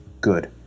good